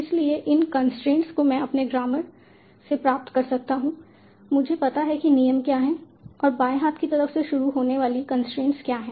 इसलिए इन कंस्ट्रेंट्स को मैं अपने ग्रामर से प्राप्त कर सकता हूं मुझे पता है कि नियम क्या हैं और बाएं हाथ की तरफ से शुरू होने वाली कंस्ट्रेंट् क्या है